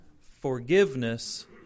Forgiveness